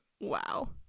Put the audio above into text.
Wow